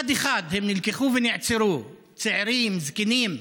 אחד-אחד הם נלקחו ונעצרו, צעירים, זקנים.